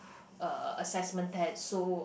uh assessment test so